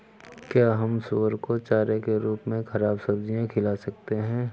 क्या हम सुअर को चारे के रूप में ख़राब सब्जियां खिला सकते हैं?